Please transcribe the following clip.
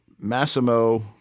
Massimo